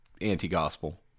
anti-gospel